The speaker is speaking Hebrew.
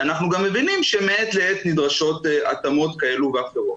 אנחנו גם מבינים שמעת לעת נדרשות התאמות כאלה או אחרות.